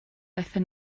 aethon